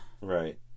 right